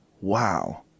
Wow